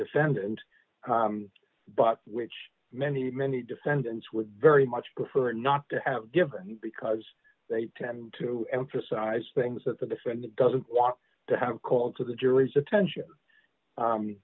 defendant but which many many defendants would very much prefer not to have given because they tend to emphasize things that the defendant doesn't want to have called to the jury's attention